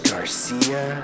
Garcia